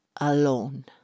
alone